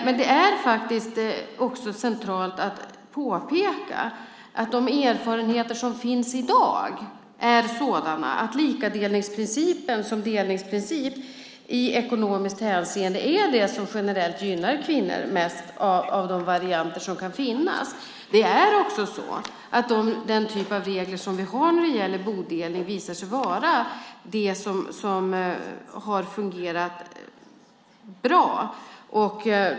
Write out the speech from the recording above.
Men det är också centralt att påpeka att de erfarenheter som finns i dag är sådana att likadelningsprincipen som delningsprincip i ekonomiskt hänseende är det som generellt gynnar kvinnor mest av de varianter som kan finnas. Den typ av regler vi har för bodelning har också visat sig fungera bra.